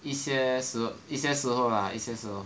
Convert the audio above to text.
一些时一些时候 lah 一些时候